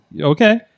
Okay